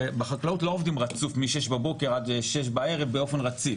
הרי בחקלאות לא עובדים רצוף מ-6:00 בבוקר עד 18:00 בערב באופן רציף.